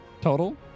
total